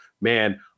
man